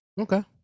Okay